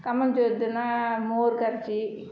கம்பஞ்சோறு தின்னால் மோர் கரைச்சி